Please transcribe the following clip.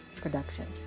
production